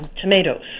tomatoes